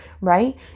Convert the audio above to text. right